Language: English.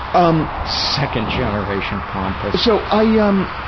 um second-generation pompous. so, i, yeah um,